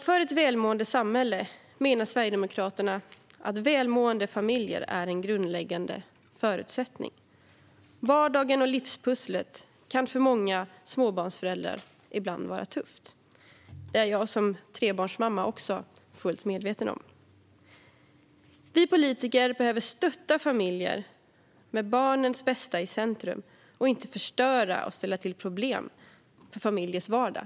För ett välmående samhälle menar Sverigedemokraterna att välmående familjer är en grundläggande förutsättning. Vardagen och livspusslet kan för många småbarnsföräldrar ibland vara tufft. Det är jag som trebarnsmamma fullt medveten om. Vi politiker behöver stötta familjer, med barnens bästa i centrum, och inte förstöra och ställa till problem för familjers vardag.